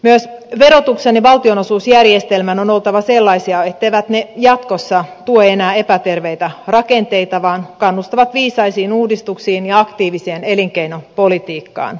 myös verotuksen ja valtionosuusjärjestelmän on oltava sellaisia etteivät ne jatkossa tue enää epäterveitä rakenteita vaan että ne kannustavat viisaisiin uudistuksiin ja aktiiviseen elinkeinopolitiikkaan